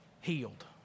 Healed